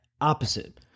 opposite